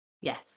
Yes